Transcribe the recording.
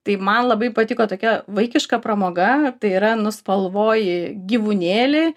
tai man labai patiko tokia vaikiška pramoga tai yra nuspalvoji gyvūnėlį